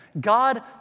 God